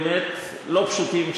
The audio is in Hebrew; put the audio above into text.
מקרים באמת לא פשוטים,